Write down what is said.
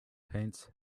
paints